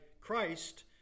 Christ